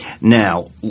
Now